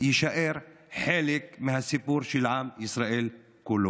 יישאר חלק מהסיפור של עם ישראל כולו.